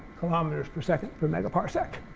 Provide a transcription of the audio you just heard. kilometers per second per megaparsec.